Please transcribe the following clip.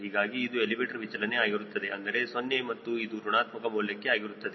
ಹೀಗಾಗಿ ಇದು ಎಲಿವೇಟರ್ ವಿಚಲನೆ ಆಗಿರುತ್ತದೆ ಅಂದರೆ 0 ಮತ್ತು ಇದು ಋಣಾತ್ಮಕ ಮೌಲ್ಯಕ್ಕೆ ಆಗಿರುತ್ತದೆ